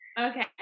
Okay